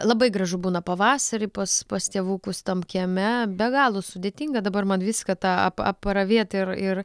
labai gražu būna pavasarį pas pas tėvukus tam kieme be galo sudėtinga dabar man viską tą ap apravėt ir ir